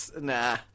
Nah